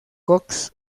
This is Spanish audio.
cox